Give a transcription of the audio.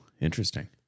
Interesting